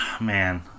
man